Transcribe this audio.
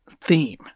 theme